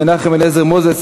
מנחם אליעזר מוזס,